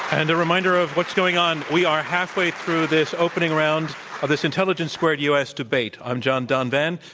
and reminder of what's going on, we are halfway through this opening round of this intelligence squared u. s. debate. i'm john donvan.